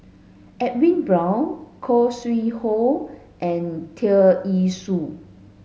Edwin Brown Khoo Sui Hoe and Tear Ee Soon